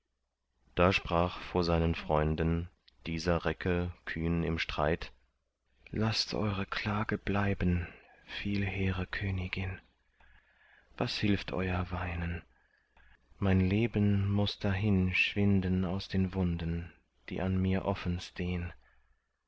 da sprach vor seinen freunden dieser recke kühn im streit laßt eure klage bleiben viel hehre königin was hilft euer weinen mein leben muß dahin schwinden aus den wunden die an mir offen stehn